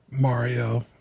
Mario